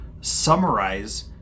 summarize